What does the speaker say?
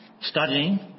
studying